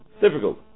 difficult